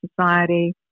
Society